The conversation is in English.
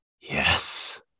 Yes